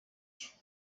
klucz